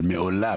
אבל מעולם,